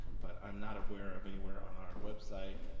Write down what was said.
but i'm not aware of anywhere on our website,